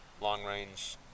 long-range